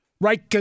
right